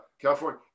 California